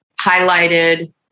highlighted